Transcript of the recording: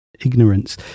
ignorance